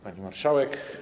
Pani Marszałek!